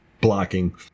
blocking